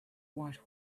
white